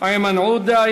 איימן עודה.